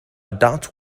doubt